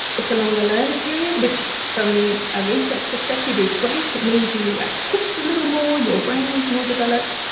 it's a longer learner period, which from a research perspective is great, it means you are cooked a little more, your brain is more developed,